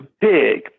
big